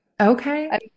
okay